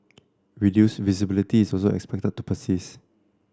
reduced visibility is also expected to persist